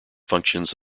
functions